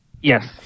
Yes